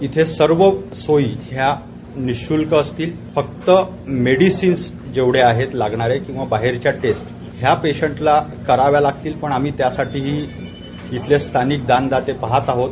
इथं सर्व सोयी हया निश्ल्क असतील फक्त मेडिसिन्स जेवढ्या आहेत लागणाऱ्या किंवा बाहेरच्या टेस्ट हया पेशंटला कराव्या लागतील पण आम्ही त्यासाठीही इथलेस्थानिकदानदातेपाहत आहोत